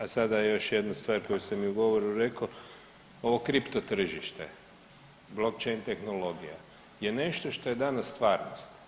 Ako smo, a sada još jedna stvar koju sam i u govoru rekao, ovo kripto tržište blockchain tehnologija je nešto što je danas stvarnost.